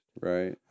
Right